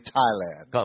Thailand